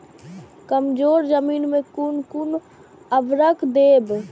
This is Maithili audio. कमजोर जमीन में कोन कोन उर्वरक देब?